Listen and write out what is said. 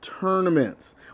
tournaments